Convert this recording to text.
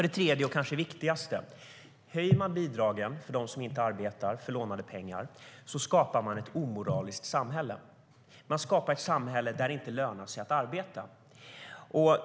Det tredje och kanske viktigaste skälet är detta: Om man för lånade pengar höjer bidragen för dem som inte arbetar skapar man ett omoraliskt samhälle. Man skapar ett samhälle där det inte lönar sig att arbeta.